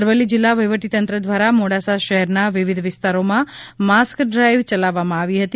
અરવલ્લી જિલ્લા વહીવટી તંત્ર દ્વારા મોડાસા શહેરના વિવિધ વિસ્તારોમાં માસ્ક ડ્રાઇવ ચલાવવામાં આવી હતી